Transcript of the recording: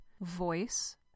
voice